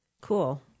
Cool